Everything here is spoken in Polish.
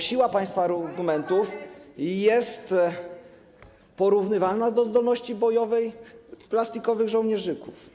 bo siła państwa argumentów jest porównywalna do zdolności bojowej plastikowych żołnierzyków.